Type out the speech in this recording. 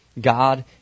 God